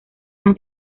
más